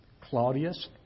Claudius